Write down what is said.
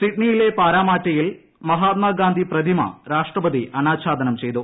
സിഡ്നിയിലെ പരാമാറ്റയിൽ മഹാത്മാഗാന്ധി പ്രതിമ രാഷ്ട്രപതി അനാച്ഛാദനം ചെയ്തു